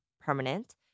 permanent